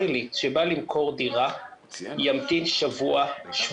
עלית שבא למכור דירה ימתין שבוע-שבועיים,